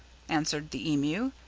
answered the emu,